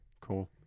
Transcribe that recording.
Cool